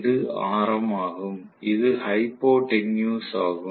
இது ஆரம் ஆகும் இது ஹைபோடென்யூஸ் ஆகும்